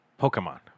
Pokemon